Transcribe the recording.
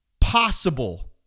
possible